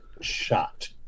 shot